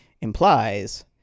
implies